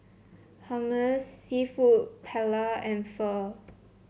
Hummus seafood Paella and Pho